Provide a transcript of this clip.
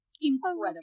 incredible